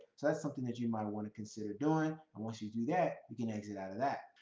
so that's something that you might want to consider doing. and once you do that, you can exit out of that.